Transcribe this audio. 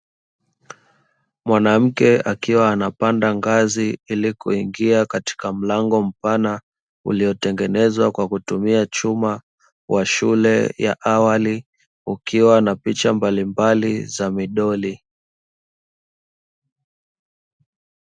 Mwanamke akiwa anapanda ngazi, ili kuingia katika mlango mpana uliotengenezwa kwa kutumia chuma wa shule ya awali ukiwa na picha mbali mbali za midoli.